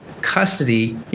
custody